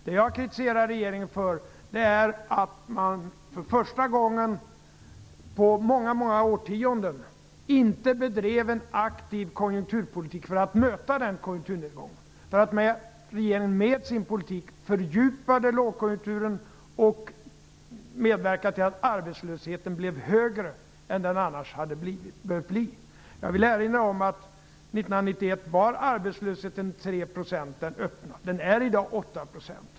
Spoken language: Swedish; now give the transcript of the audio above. Det jag kritiserar regeringen för är att man, för första gången på många årtionden, inte bedrev en aktiv konjunkturpolitik för att möta den konjunkturnedgången och att man med sin politik fördjupade lågkonjunkturen och medverkade till att arbetslösheten blev högre än den annars hade behövt bli. Jag vill erinra om att den öppna arbetslösheten 1991 var 3 %. I dag är den 8 %.